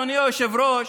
אדוני היושב-ראש,